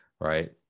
right